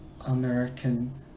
American